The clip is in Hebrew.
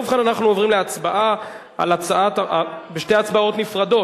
ובכן, אנחנו עוברים להצבעה בשתי הצבעות נפרדות.